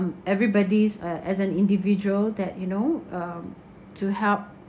everybody's uh as an individual that you know um to help